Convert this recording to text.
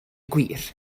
gwir